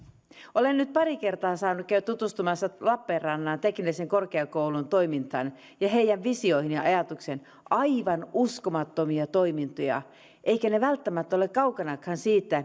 olen nyt pari kertaa saanut käydä tutustumassa lappeenrannan teknillisen korkeakoulun toimintaan ja heidän visioihinsa ja ajatuksiinsa aivan uskomattomia toimintoja eivätkä ne välttämättä ole kaukanakaan siitä